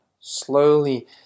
slowly